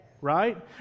right